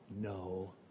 no